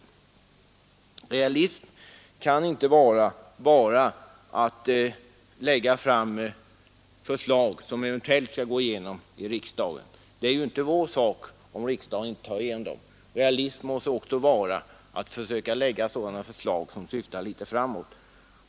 Realism kan inte bara vara att lägga fram förslag som eventuellt går igenom i riksdagen. Det är ju inte vi som bestämmer om så blir fallet. Realism måste också vara att försöka framlägga sådana förslag som syftar litet framåt.